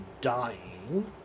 dying